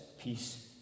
peace